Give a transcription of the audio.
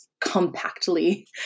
compactly